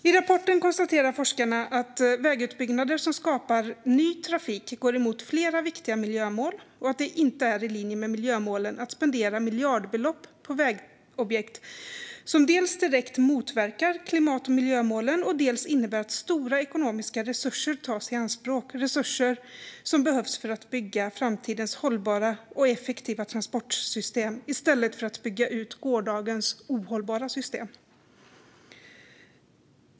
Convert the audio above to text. I rapporten konstaterar forskarna att vägutbyggnader som skapar ny trafik går emot flera viktiga miljömål och att det inte är i linje med miljömålen att spendera miljardbelopp på vägobjekt som dels direkt motverkar klimat och miljömålen, dels innebär att stora ekonomiska resurser tas i anspråk - resurser som behövs för att bygga framtidens hållbara och effektiva transportsystem i stället för att bygga ut gårdagens ohållbara system.